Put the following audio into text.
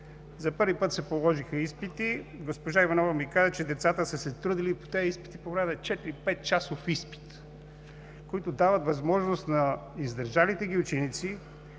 За първи път се положиха изпити. Госпожа Иванова ми каза, че децата са се трудили по тези изпити по време на четири–пет часов изпит. Те дават възможност на издържалите ги ученици